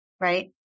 right